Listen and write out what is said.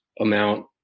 amount